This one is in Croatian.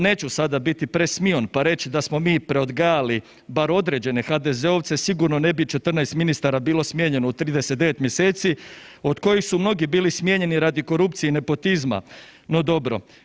Neću sada biti presmion pa reći da smo mi preodgajali bar određene HDZ-ovce, sigurno ne bi 14 ministara bilo smijenjeno u 39 mjeseci od kojih su mnogi bili smijenjeni radi korupcije i nepotizma, no dobro.